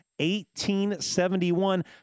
1871